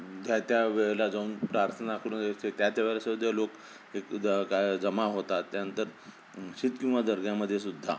ज्या त्या वेळेला जाऊन प्रार्थना करून त्या त्या वेळेस लोक एक काय जमा होतात त्यानंतर शीत किंवा दर्ग्यामधेसुद्धा